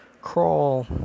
crawl